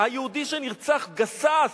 היהודי שנרצח, גסס,